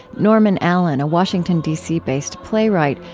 norman allen, a washington, d c based playwright,